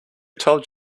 told